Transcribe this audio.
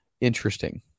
interesting